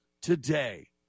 today